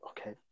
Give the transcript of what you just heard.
Okay